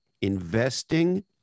investing